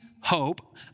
hope